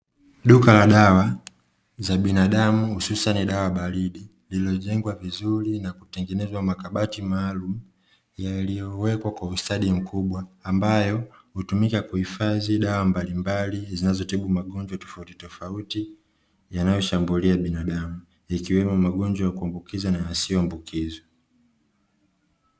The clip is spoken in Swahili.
Duka la dawa za binadamu hususani bawa baridi iliyotengenezwa vizuri na makabati maalumu, yaliyowekwa kwa ustadi mkubwa ambayo hutumika kuhifadhia dawa mbalimbali, zinazo tibu magonjwa tofauti tofauti yanayoshambulia binadamu yanayoambukiza na yasiyoambukiza.